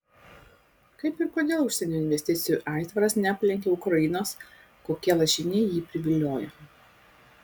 kaip ir kodėl užsienio investicijų aitvaras neaplenkia ukrainos kokie lašiniai jį privilioja